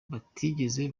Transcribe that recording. batigeze